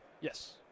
Yes